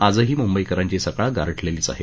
आजही मुंबईकरांची सकाळ गारठलेलीच आहे